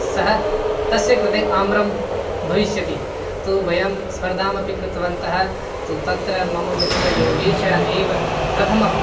सः तस्य कृते आम्रं भविष्यति तु वयं स्पर्धामपि कृतवन्तः तु तत्र मम मित्र योगेशः एव प्रथम